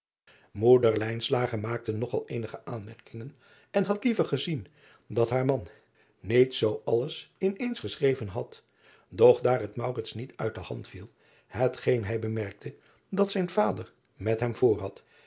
oeder maakte nog al eenige aanmerkingen en had liever gezien dat haar man niet zoo alles in eens geschreven had doch daar het niet uit de hand viel hetgeen hij bemerkte dat zijn vader met hem voorhad